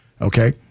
okay